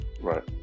Right